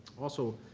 also,